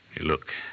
look